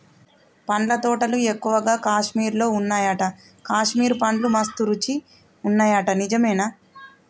పండ్ల తోటలు ఎక్కువగా కాశ్మీర్ లో వున్నాయట, కాశ్మీర్ పండ్లు మస్త్ రుచి ఉంటాయట నిజమేనా